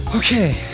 Okay